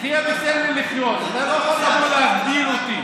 תחיה ותן לי לחיות, אתה לא יכול להגביל אותי.